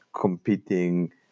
competing